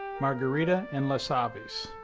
margarita, and las ah but aves.